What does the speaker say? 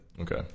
Okay